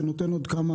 שנותן עוד כמה